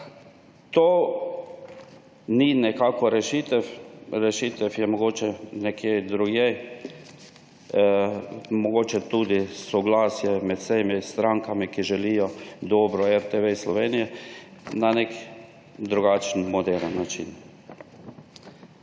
To ni nekako rešitev, rešitev je mogoče nekje drugje, mogoče tudi soglasje med vsemi strankami, ki želijo dobro RTV Sloveniji, na nek drugačen, moderen način.